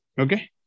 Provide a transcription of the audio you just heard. Okay